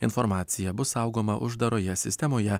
informacija bus saugoma uždaroje sistemoje